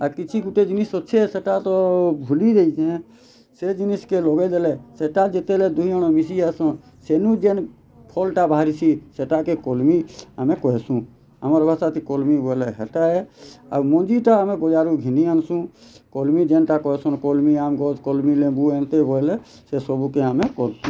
ଆର୍ କିଛି ଗୁଟେ ଜିନିଷ୍ ଅଛେ ସେଟା ତ ଭୁଲି ଯାଇଚେଁ ସେ ଜିନିଷ୍କେ ଲଗେଇ ଦେଲେ ସେଟା ଯେତେବେଲେ ଦୁଇ ଜଣ ମିଶି ଯାଏସନ୍ ସେନୁ ଯେନ୍ ଫଲ୍ଟା ବାହାରିସି ସେଟାକେ କଲ୍ମି ଆମେ କହେସୁଁ ଆମର୍ ଭାଷାଥି କଲ୍ମି ବଏଲେ ହେଟା ଏ ଆଉ ମଞ୍ଜିଟା ଆମେ ବଜାରୁ ଘିନି ଆନ୍ସୁ କଲ୍ମି ଯେନ୍ତା କହେସନ୍ କଲ୍ମି ଆମ୍ବ ଗଛ୍ କଲ୍ମି ଲେମ୍ବୁ ଏନ୍ତେ ବଏଲେ ସେ ସବୁକେ ଆମେ କର୍ସୁ